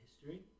history